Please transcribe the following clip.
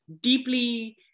deeply